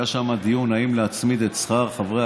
היה שם דיון אם להצמיד את שכר חברי